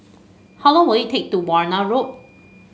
how long will it take to Warna Road